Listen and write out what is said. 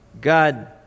God